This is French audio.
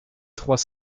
trois